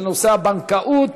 בנושא הבנקאות,